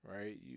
Right